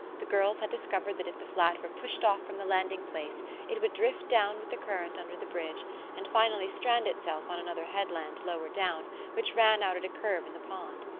the girls had discovered that if the flat were pushed off from the landing place it would drift down with the current under the bridge and finally strand itself on another headland lower down which ran out at a curve in the pond.